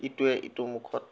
ইটোৱে সিটোৰ মুখত